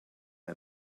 and